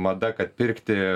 mada kad pirkti